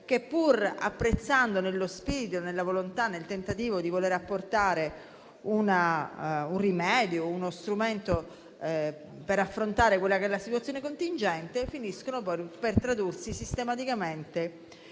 che, pur apprezzandone lo spirito e il tentativo di voler apportare un rimedio, uno strumento per affrontare la situazione contingente, finiscono poi per tradursi, sistematicamente,